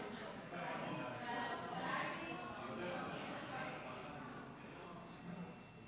חבר הכנסת אזולאי, מוותר.